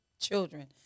children